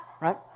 Right